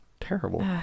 terrible